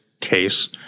case